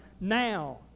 now